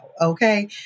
Okay